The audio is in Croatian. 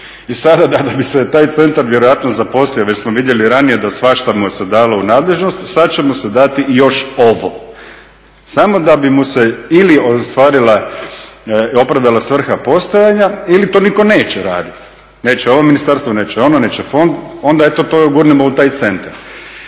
I sada da bi se taj centar vjerojatno zaposlio, već smo vidjeli ranije da svašta mu se dalo u nadležnost, sad ćemo mu dati još ovo. Samo da bi mu se ili opravdala svrha postojanja ili to nitko neće raditi. Neće ovo ministarstvo, neće ono, neće fond onda eto to gurnemo u taj centar.